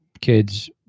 kids